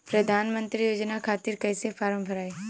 प्रधानमंत्री योजना खातिर कैसे फार्म भराई?